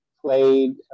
played